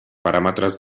paràmetres